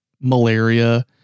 malaria